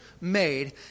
made